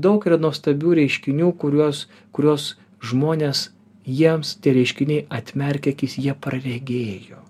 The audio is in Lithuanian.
daug nuostabių reiškinių kuriuos kurios žmonės jiems tie reiškiniai atmerkia akis jie praregėjo